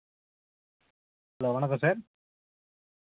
hello ఓనరా sir